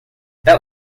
that